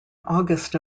august